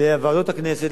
לוועדות הכנסת,